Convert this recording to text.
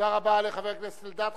תודה רבה לחבר הכנסת אלדד.